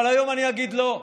אבל היום אני אגיד לא.